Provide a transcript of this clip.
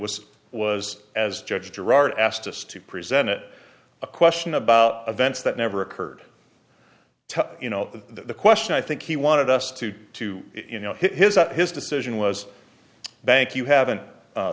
was was as judge gerard asked us to present it a question about events that never occurred to you know the question i think he wanted us to do to you know his that his decision was bank you haven't